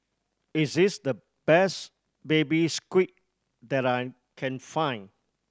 is this the best Baby Squid that I can find